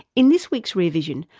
in this week's rear vision,